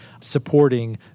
supporting